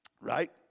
Right